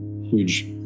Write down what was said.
huge